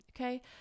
Okay